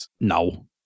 No